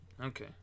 Okay